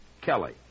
Kelly